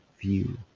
view